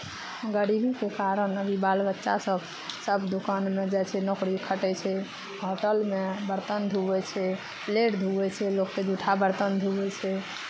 गरीबीके कारण अभी बाल बच्चासभ सभ दोकानमे जाइ छै नौकरी खटै छै होटलमे बरतन धुवै छै प्लेट धुवै छै लोकके जूठा बरतन धुवै छै